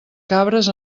cabres